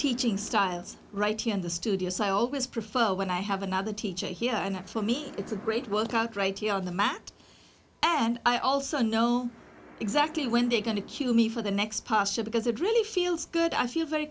teaching styles right here in the studio so i always prefer when i have another teacher here and that for me it's a great workout right here on the mat and i also know exactly when they're going to cue me for the next pasture because it really feels good i feel very